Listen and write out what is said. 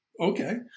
okay